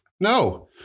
No